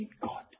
God